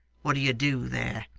what do you do there